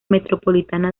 metropolitana